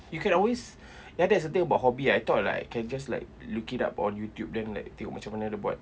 you can always ya that's the thing about hobby I thought like can just like look it up on youtube then like tengok macam mana dia buat